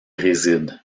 résident